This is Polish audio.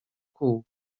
kół